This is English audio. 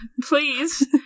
please